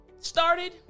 started